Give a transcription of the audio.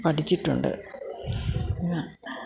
പഠിച്ചിട്ടുണ്ട്